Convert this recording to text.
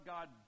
God